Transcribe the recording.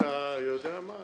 אתה יודע מה?